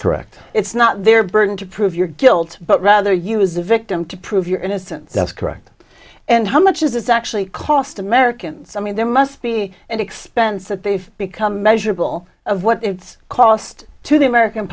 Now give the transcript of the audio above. correct it's not their burden to prove your guilt but rather you as the victim to prove your innocence that's correct and how much is this actually cost americans i mean there must be an expense that they've become measurable of what it's cost to the american